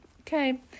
okay